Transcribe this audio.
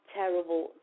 terrible